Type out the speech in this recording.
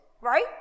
right